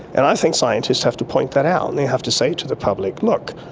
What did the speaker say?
and i think scientists have to point that out and they have to say to the public, look,